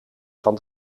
van